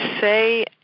say